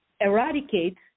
eradicate